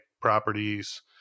properties